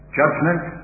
judgment